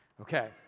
Okay